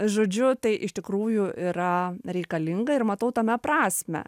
žodžiu tai iš tikrųjų yra reikalinga ir matau tame prasmę